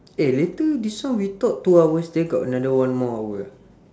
eh later this one we talk two hours still got another one more hour ah